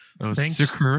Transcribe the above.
Thanks